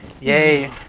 Yay